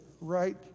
right